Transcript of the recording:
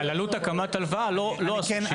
אז את זה הבנקים --- על עלות הקמת הלוואה לא עשו שינוי.